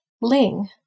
Ling